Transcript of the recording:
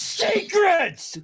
secrets